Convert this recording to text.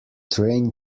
train